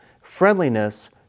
friendliness